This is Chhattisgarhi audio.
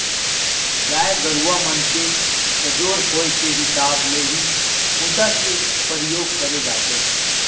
गाय गरुवा मन के सजोर होय के हिसाब ले ही खूटा के परियोग करे जाथे